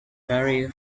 very